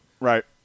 Right